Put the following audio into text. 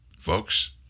Folks